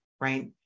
right